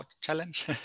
challenge